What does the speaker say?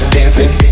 Dancing